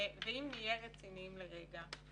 ואם נהיה רציניים לרגע,